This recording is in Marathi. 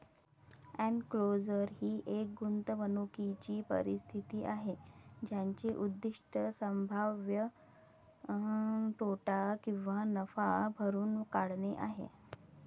एन्क्लोजर ही एक गुंतवणूकीची परिस्थिती आहे ज्याचे उद्दीष्ट संभाव्य तोटा किंवा नफा भरून काढणे आहे